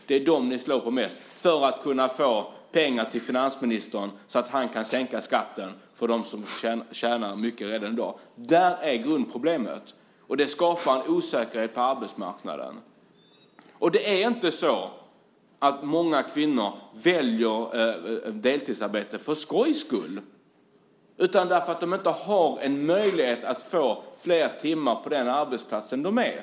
Det är dem ni slår på mest för att få pengar till finansministern så att han kan sänka skatten för dem som tjänar mycket redan i dag. Det är grundproblemet. Det skapar osäkerhet på arbetsmarknaden. Det är inte så att många kvinnor väljer deltidsarbete för skojs skull. Det är för att de inte har möjlighet att få flera timmar på den arbetsplats där de är.